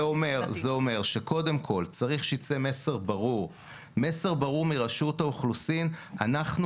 זה אומר שקודם כל צריך שיצא מסר ברור מרשות האוכלוסין וההגירה "אנחנו